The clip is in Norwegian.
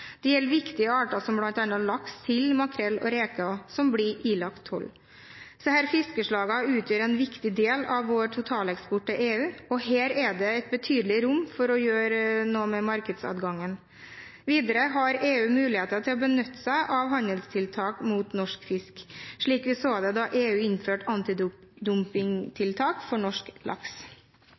Det gjelder viktige arter som bl.a. laks, sild, makrell og reker, som blir ilagt toll. Disse fiskeslagene utgjør en viktig del av vår totaleksport til EU, og her er det et betydelig rom for å gjøre noe med markedsadgangen. Videre har EU muligheter til å benytte seg av handelstiltak mot norsk fisk, slik vi så det da EU innførte antidumpingtiltak for norsk laks.